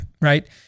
right